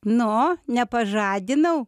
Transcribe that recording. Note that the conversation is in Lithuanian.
nu nepažadinau